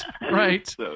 Right